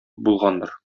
булгандыр